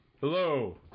hello